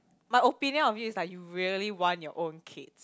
my opinion of you is like you really want your own kids